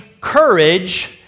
courage